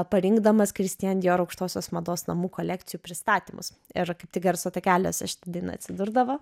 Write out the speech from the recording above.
parinkdamas kristian dior aukštosios mados namų kolekcijų pristatymus ir kaip tik garso takeliuose šita daina atsidurdavo